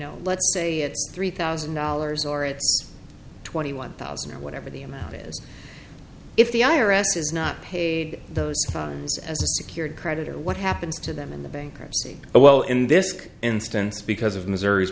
know let's say it's three thousand dollars or it's twenty one thousand or whatever the amount is if the i r s has not paid those fines as a secured credit or what happens to them in the bankruptcy but well in this instance because of missouri's